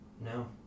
No